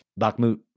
Bakhmut